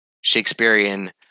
Shakespearean